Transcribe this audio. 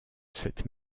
cette